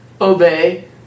obey